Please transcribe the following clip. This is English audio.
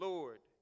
Lord